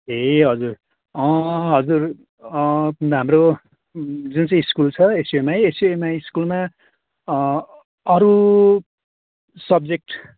ए हजुर हजुर किन हाम्रो जुन चाहिँ स्कुल छ एसयुएमआई एसयुएमआई स्कुलमा अरू सब्जेक्ट